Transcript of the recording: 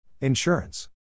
Insurance